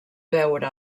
veure